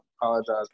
apologize